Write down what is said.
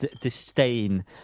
Disdain